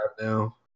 now